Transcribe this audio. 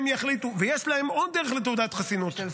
הם יחליטו, ויש להם עוד דרך לתעודת חסינות: